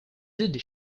did